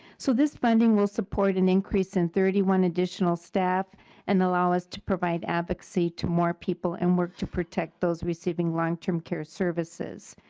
so this spending will support an increase in thirty one additional staff and allow us to provide advocacy to more people and were to protect those receiving long-term care services.